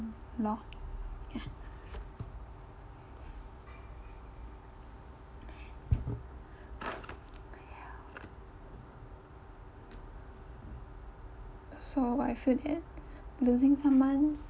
loh ya so what I feel that losing someone